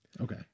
Okay